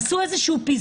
עשו איזה פיזור.